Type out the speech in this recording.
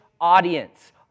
audience